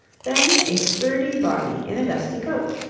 then a sturdy body in a dusty coat.